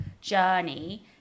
journey